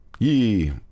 Yee